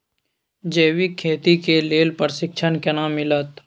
जैविक खेती के लेल प्रशिक्षण केना मिलत?